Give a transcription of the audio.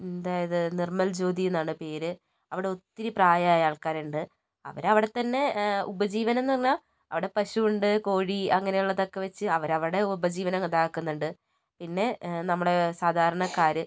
അതായത് നിർമ്മൽ ജോതിയെന്നാണ് പേര് അവിടെ ഒത്തിരി പ്രായമായ ആൾക്കാരുണ്ട് അവരവിടെ തന്നേ ഉപജീവനമെന്ന് പറഞ്ഞാൽ അവിടെ പശു ഉണ്ട് കോഴി അങ്ങനേ ഉള്ളതൊക്കേ വെച്ച് അവരവിടേ ഉപജീവനം ഇതാക്കുന്നുണ്ട് പിന്നേ നമ്മുടെ സാധാരണ ക്കാര്